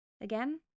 again